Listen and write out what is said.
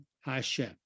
Hashem